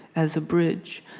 as a bridge.